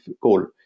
goal